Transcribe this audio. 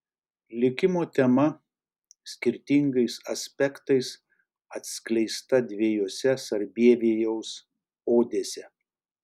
likimo tema skirtingais aspektais atskleista dviejose sarbievijaus odėse